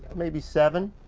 maybe seven.